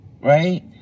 right